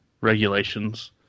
regulations